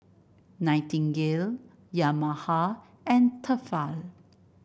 Nightingale Yamaha and Tefal